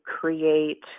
create